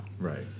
Right